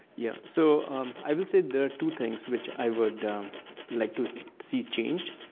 yeah so i would say there are two things which i would um like to see changed.